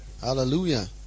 Hallelujah